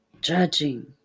judging